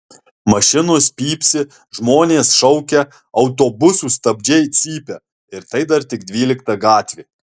mašinos pypsi žmonės šaukia autobusų stabdžiai cypia ir tai dar tik dvylikta gatvė